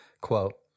quote